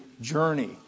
journey